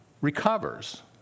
recovers